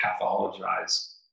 pathologize